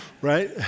Right